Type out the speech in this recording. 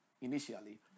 initially